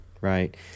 right